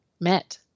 met